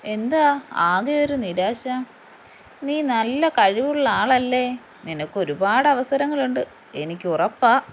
എന്താ ആകെ ഒരു നിരാശ നീ നല്ല കഴിവുള്ള ആളല്ലേ നിനക്ക് ഒരുപാട് അവസരങ്ങളുണ്ട് എനിക്ക് ഉറപ്പാണ്